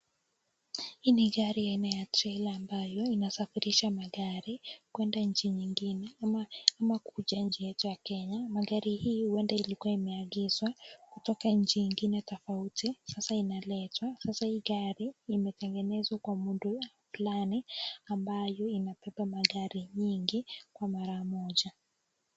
Hii ni gari aina ya trela ambayo inasafirisha magari kuenda nchi nyingine ama kuja nchi yetu ya kenya, magari hhii huenda ilikuwa imeagizwa kutoka nchi ingine tofauti, sasa inaletwa, sasa hii gari imetengenezwa kwa muundo fulani ambayo inabeba magari nyingi kwa mara moja.